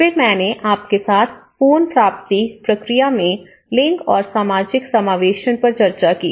फिर मैंने आपके साथ पुनर्प्राप्ति प्रक्रिया में लिंग और सामाजिक समावेशन पर चर्चा की